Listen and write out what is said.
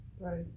Right